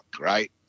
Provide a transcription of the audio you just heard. right